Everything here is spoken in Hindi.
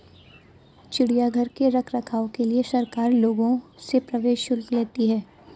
चिड़ियाघर के रख रखाव के लिए सरकार लोगों से प्रवेश शुल्क लेती है